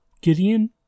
Gideon